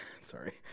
Sorry